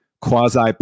quasi